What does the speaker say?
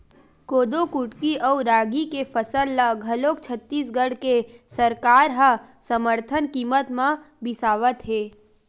कोदो कुटकी अउ रागी के फसल ल घलोक छत्तीसगढ़ के सरकार ह समरथन कीमत म बिसावत हे